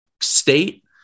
state